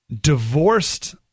divorced